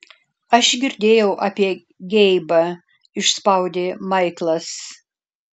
aš girdėjau apie geibą išspaudė maiklas